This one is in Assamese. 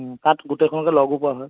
তাত গোটেইখনকে লগো পোৱা হয়